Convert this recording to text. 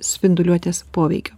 spinduliuotės poveikio